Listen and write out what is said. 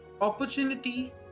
opportunity